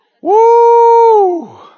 woo